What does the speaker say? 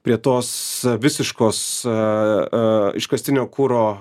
prie tos visiškos iškastinio kuro